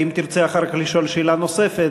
ואם תרצה אחר כך לשאול שאלה נוספת,